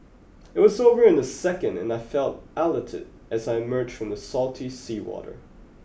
it was over in a second and I felt elated as I emerged from the salty seawater